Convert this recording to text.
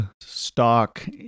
stock